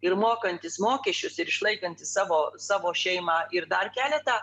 ir mokantis mokesčius ir išlaikantis savo savo šeimą ir dar keletą